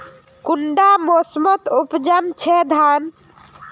कुंडा मोसमोत उपजाम छै धान?